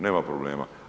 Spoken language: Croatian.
Nema problema.